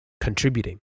contributing